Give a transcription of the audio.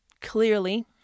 clearly